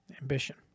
Ambition